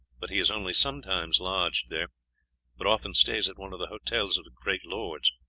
but he is only sometimes lodged there but often stays at one of the hotels of the great lords.